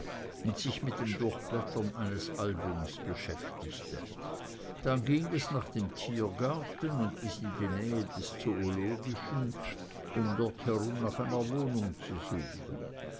und sich mit dem durchblättern eines albums beschäftigte dann ging es nach dem tiergarten und bis in die nähe des zoologischen um dort herum nach einer wohnung zu suchen